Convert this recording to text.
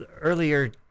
earlier